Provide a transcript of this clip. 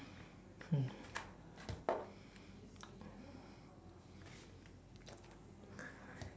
hmm